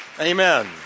Amen